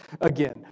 again